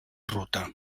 ruta